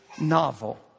novel